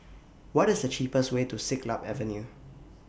What IS The cheapest Way to Siglap Avenue